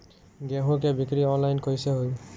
गेहूं के बिक्री आनलाइन कइसे होई?